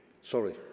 Sorry